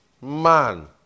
man